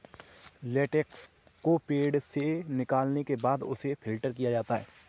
latex को पेड़ से निकालने के बाद उसे फ़िल्टर किया जाता है